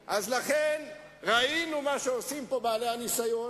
אז אני אעזור לחבר הכנסת בילסקי.